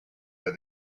that